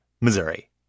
Missouri